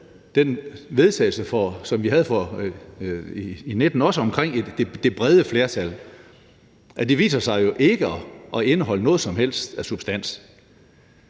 til vedtagelse, som vi vedtog i 2019, også omkring det brede flertal. Det viser sig jo ikke at indeholde noget som helst af substans.